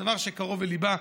דבר שקרוב לליבה,